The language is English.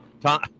Tom